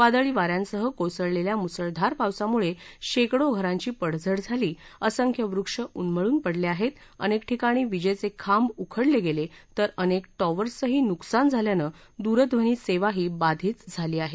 वादळी वाऱ्यासह कोसळलेल्या मुसळधार पावसामुळे शेकडो घरांची पडझड झाली असंख्य वृक्ष उन्मळून पडले आहेत अनेक ठिकाणी वीजेचे खांब उखडले गेले तर अनेक टॉवर्सचही नुकसान झाल्यानं दूरध्वनी सेवाही बाधित झाली आहे